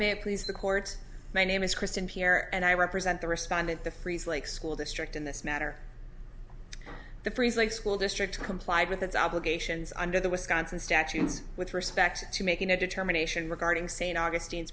it please the court my name is kristen here and i represent the respondent the freeze like school district in this matter the freeze like school district complied with its obligations under the wisconsin statutes with respect to making a determination regarding st augustine